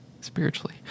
spiritually